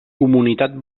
comunitat